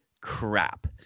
crap